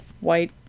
white